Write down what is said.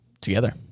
together